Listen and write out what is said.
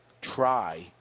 Try